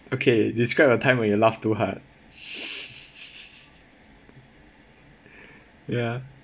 okay describe a time when you laughed too hard ya